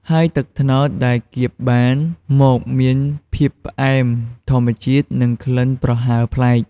ហើយទឹកត្នោតដែលគៀបបានមកមានភាពផ្អែមធម្មជាតិ និងក្លិនប្រហើរប្លែក។